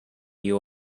you